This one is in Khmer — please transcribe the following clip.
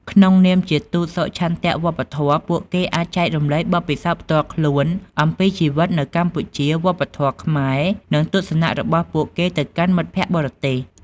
ក្នុងនាមជាទូតសុឆន្ទៈវប្បធម៌ ពួកគេអាចចែករំលែកបទពិសោធន៍ផ្ទាល់ខ្លួនអំពីជីវិតនៅកម្ពុជា វប្បធម៌ខ្មែរ និងទស្សនៈរបស់ពួកគេទៅកាន់មិត្តភក្តិបរទេស។